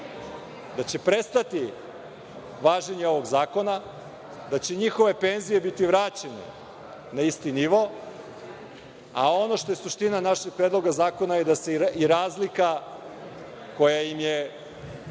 da će prestati važenje ovog zakona, da će njihove penzije biti vraćene na isti nivo, a ono što je suština našeg Predloga zakona je da im i razlika koja im nije